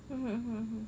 mm mm mm